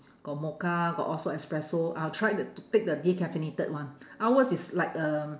got mocha got all sorts of espresso I'll try t~ to take the decaffeinated one ours is like uh